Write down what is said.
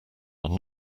are